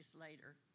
later